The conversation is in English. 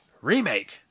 Remake